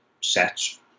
sets